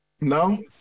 No